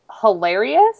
hilarious